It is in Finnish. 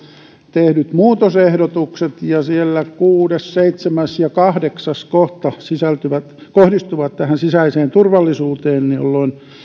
tehdyt muutosehdotukset siellä kuusi seitsemäs ja kahdeksas kohta kohdistuvat tähän sisäiseen turvallisuuteen